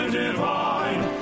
divine